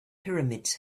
pyramids